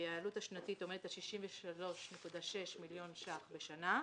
העלות השנתית עומדת על 63.6 מיליון שקלים בשנה,